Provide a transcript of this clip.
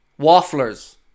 wafflers